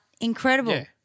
incredible